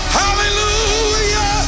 hallelujah